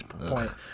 point